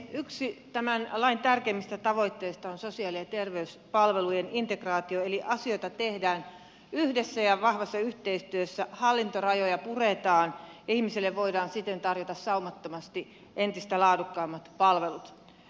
yksi tämän lain tärkeimmistä tavoitteista on sosiaali ja terveyspalvelujen integraatio eli asioita tehdään yhdessä ja vahvassa yhteistyössä hallintorajoja puretaan ja ihmisille voidaan siten tarjota saumattomasti entistä laadukkaammat palvelut